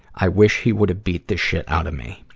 i wish he would have beat the shit out of me.